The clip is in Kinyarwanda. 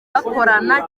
bakorana